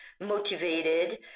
motivated